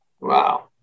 wow